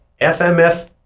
FMF